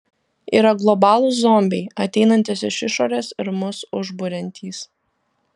yra globalūs zombiai ateinantys iš išorės ir mus užburiantys